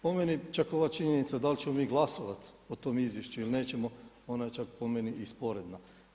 Po meni čak ova činjenica da li ćemo mi glasovati o tom izvješću ili nećemo ona je čak po meni i sporedna.